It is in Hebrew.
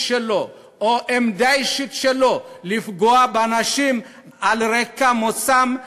שלו או את העמדה האישית שלו לפגוע באנשים על רקע מוצאם,